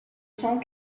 cent